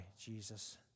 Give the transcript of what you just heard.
Jesus